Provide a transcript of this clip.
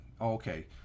okay